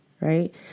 Right